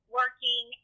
working